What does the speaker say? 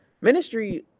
Ministry